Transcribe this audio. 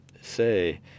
say